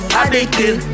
addicted